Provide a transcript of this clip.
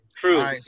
true